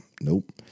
Nope